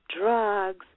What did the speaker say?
drugs